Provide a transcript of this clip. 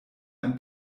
ein